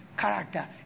character